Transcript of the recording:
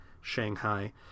Shanghai